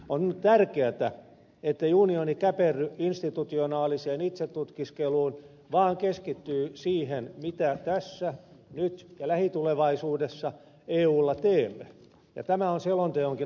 on tärkeätä ettei unioni käperry institutionaaliseen itsetutkiskeluun vaan keskittyy siihen mitä tässä nyt ja lähitulevaisuudessa eulla teemme ja tämä on selonteonkin oikea lähtökohta